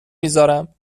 میذارم